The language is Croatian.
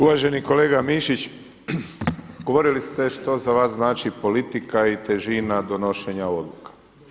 Uvaženi kolega Mišić, govorili ste što za vas znači politika i težina donošenja odluka.